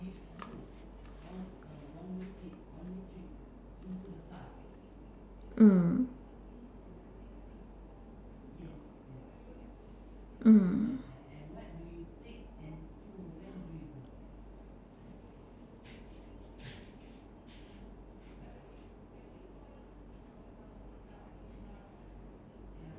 mm mm